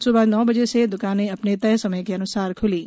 सुबह नौ बजे से दुकानें अपने तय समय के अन्सार ख्लीं